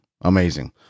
Amazing